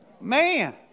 Man